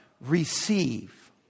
receive